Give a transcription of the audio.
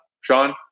Sean